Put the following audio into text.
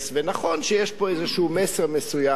נכון שיש פה איזה מסר מסוים,